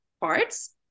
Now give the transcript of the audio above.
parts